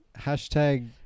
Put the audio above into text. Hashtag